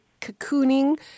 cocooning